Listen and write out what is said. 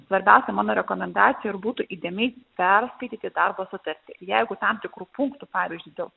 svarbiausia mano rekomendacija ir būtų įdėmiai perskaityti darbo sutartį jeigu tam tikrų punktų pavyzdžiui dėl